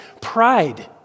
pride